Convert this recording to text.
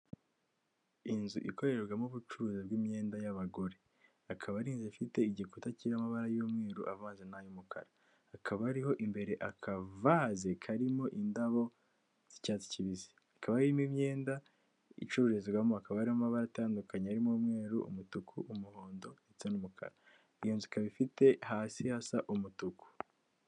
Iki ngiki ni icyapa gifite ishusho ya mpande eshatu, umuzenguruko utukura, ubuso bw'umweru, ikirango cy'umukara. Ikingiki nuzakibona uri mu muhanda uzamenyeko uwo muhanda urimo uragendamo iburyo n'ibumoso hashamikiyeho utundi duhanda dutoya.